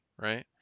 right